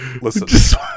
listen